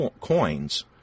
coins